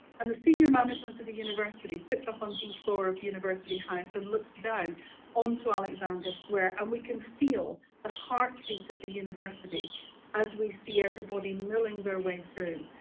and the senior management of the university sits up on d floor of university high, so and looks down on to alexandra square and we can feel the heartbeat of the university as we see everybody milling their way through.